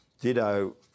Ditto